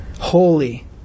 holy